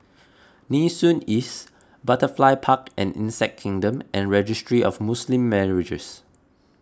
Nee Soon East Butterfly Park and Insect Kingdom and Registry of Muslim Marriages